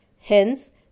Hence